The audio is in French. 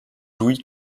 louis